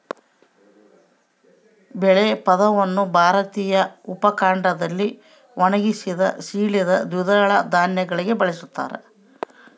ಬೇಳೆ ಪದವನ್ನು ಭಾರತೀಯ ಉಪಖಂಡದಲ್ಲಿ ಒಣಗಿಸಿದ, ಸೀಳಿದ ದ್ವಿದಳ ಧಾನ್ಯಗಳಿಗೆ ಬಳಸ್ತಾರ